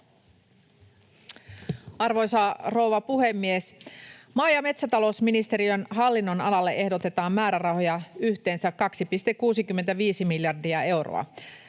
Arvoisa rouva puhemies! Maa- ja metsätalousministeriön hallinnonalalle ehdotetaan määrärahoja yhteensä 2,65 miljardia euroa.